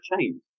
change